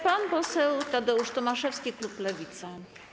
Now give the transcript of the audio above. Pan poseł Tadeusz Tomaszewski, klub Lewica.